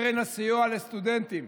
קרן הסיוע לסטודנטים,